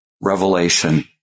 revelation